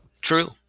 True